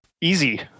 easy